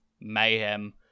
mayhem